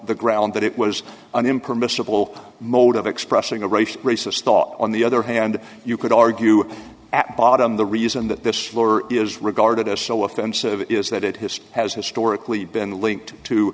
the grounds that it was an impermissible mode of expressing a racial racist thought on the other hand you could argue at bottom the reason that this slur is regarded as so offensive is that it history has historically been linked to